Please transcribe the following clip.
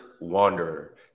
Wanderer